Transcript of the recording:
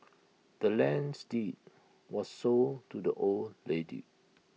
the land's deed was sold to the old lady